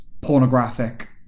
pornographic